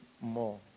more